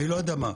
אני לא יודע מה,